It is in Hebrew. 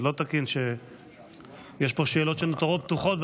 זה לא תקין שיש פה שאלות שנותרות פתוחות,